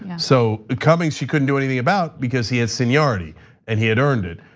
so, cummings she couldn't do anything about because he had seniority and he had earned it.